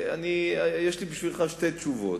יש לי בשבילך שתי תשובות.